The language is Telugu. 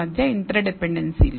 మధ్య ఇంటర్ డిపెండెన్సీలు